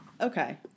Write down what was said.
Okay